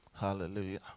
hallelujah